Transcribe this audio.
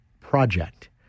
Project